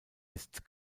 ist